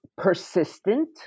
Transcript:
Persistent